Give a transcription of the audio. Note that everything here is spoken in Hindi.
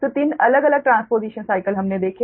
तो 3 अलग अलग ट्रांसपोजिशन साइकल हमने देखे